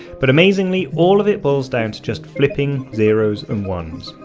but amazingly all of it boils down to just flipping zeros and ones.